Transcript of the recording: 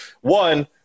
one